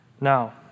Now